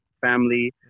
family